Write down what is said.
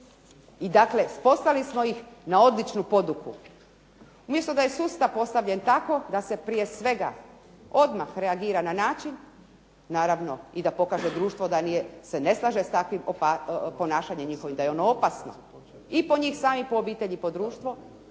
I dakle, poslali smo ih na odličnu poduku. Umjesto da je sustav postavljen tako da se prije svega odmah reagira na način naravno i da pokaže društvo da se ne slaže s takvim ponašanjem njihovim, da je ono opasno i po njih samih, po obitelj i po društvo